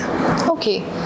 Okay